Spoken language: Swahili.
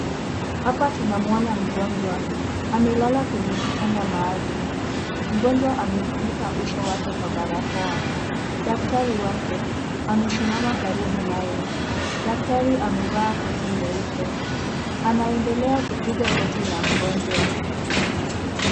Hapa tuna mwana mgonjwa amelala kwenye kitanda maalum, mgonjwa amefunika uso wake kwa barakoa daktari wake amesimama karibu naye, daktari amevaa koti nyeupe anaendelea kupiga koti la mgonjwa.